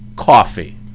coffee